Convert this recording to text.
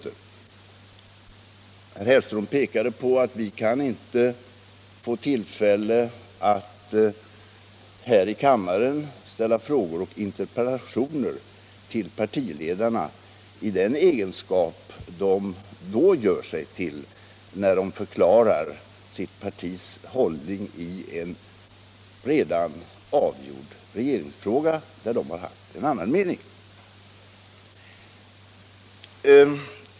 Herr Hellström pekade på att vi här i kammaren inte har tillfälle att ställa frågor öch interpellationer till partiledarna i den egenskap som de framträder i när de förklarar sitt partis hållning i en redan avgjord regeringsfråga, där de har haft en annan mening.